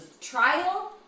trial